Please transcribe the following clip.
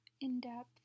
in-depth